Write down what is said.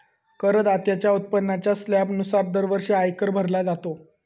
करदात्याच्या उत्पन्नाच्या स्लॅबनुसार दरवर्षी आयकर भरलो जाता